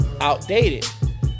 outdated